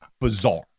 Bizarre